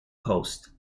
post